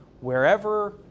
Wherever